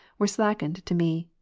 were slackened to me,